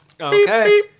Okay